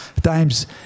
times